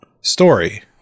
story